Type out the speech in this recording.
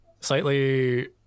slightly